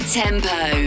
tempo